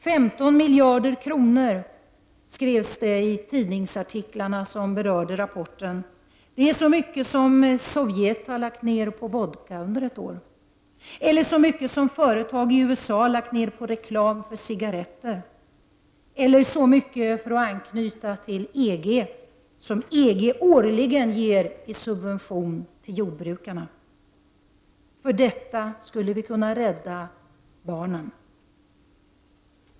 15 miljarder enligt de tidningsartiklar som berör UNICEF:s rapport. Det är så mycket som Sovjet lägger ned på vodka under ett år eller så mycket som USA lägger ned på reklam för cigaretter, så mycket — för att anknyta till EG — som EG årligen ger i subventioner till jordbruket. För detta skulle vi kunna rädda barnen.